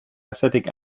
acetic